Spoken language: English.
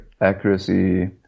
accuracy